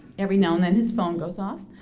every now and then his phone goes off.